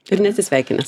ir neatsisveikinęs